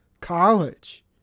college